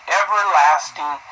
everlasting